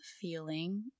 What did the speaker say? feeling